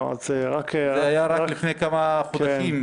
זה היה רק לפני כמה חודשים,